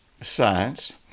science